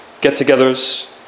get-togethers